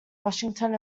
washington